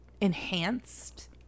enhanced